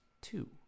two